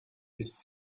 ist